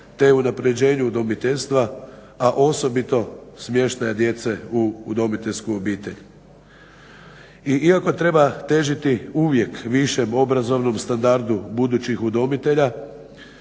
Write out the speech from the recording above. te unaprjeđenju udomiteljstva, a osobito smještaja djece u udomiteljsku obitelj. I iako treba težiti uvijek više obrazovnom standardu, budućih udomitelja